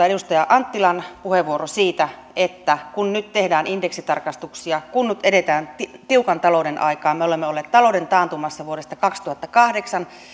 edustaja anttilan puheenvuoro siitä että kun nyt tehdään indeksitarkistuksia kun nyt edetään tiukan talouden aikaa me olemme olleet talouden taantumassa vuodesta kaksituhattakahdeksan